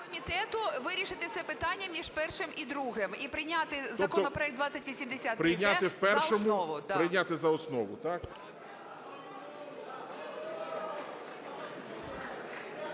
вирішити це питання між першим і другим і прийняти законопроект 2083-д за основу.